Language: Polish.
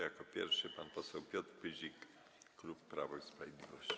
Jako pierwszy pan poseł Piotr Pyzik, klub Prawo i Sprawiedliwość.